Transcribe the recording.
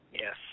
Yes